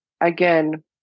again